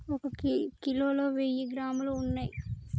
ఒక కిలోలో వెయ్యి గ్రాములు ఉన్నయ్